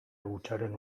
hutsaren